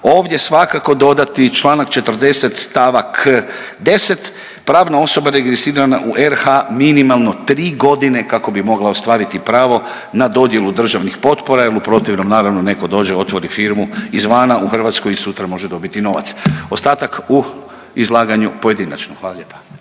Ovdje svakako dodati čl. 40. st. 10., pravna osoba registrirana u RH minimalno 3.g. kako bi mogla ostvariti pravo na dodjelu državnih potpora jel u protivnom naravno neko dođe, otvori firmu izvana u Hrvatskoj i sutra može dobiti novac. Ostatak u izlaganju pojedinačnom, hvala lijepa.